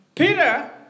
Peter